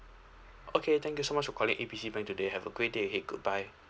okay thank you so much for calling A B C bank today have a great day ahead goodbye